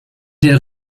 der